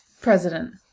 President